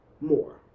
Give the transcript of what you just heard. more